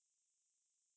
mm R_B_I_G